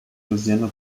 louisiana